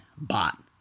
Bot